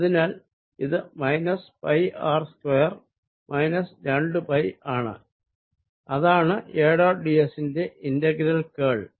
അതിനാൽ ഇത് minus pi R square minus രണ്ട് പൈ ആണ് അതാണ് A ഡോട്ട് ds ന്റെ ഇന്റഗ്രൽ കേൾ